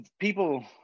people